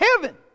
heaven